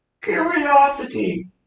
curiosity